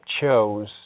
chose